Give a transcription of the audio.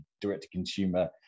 direct-to-consumer